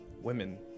women